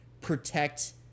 protect